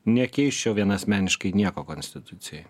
nekeisčiau vienasmeniškai nieko konstitucijoj